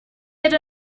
yet